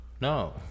No